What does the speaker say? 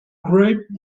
grape